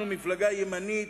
אנחנו מפלגה ימנית.